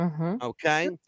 Okay